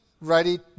ready